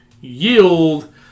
Yield